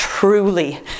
Truly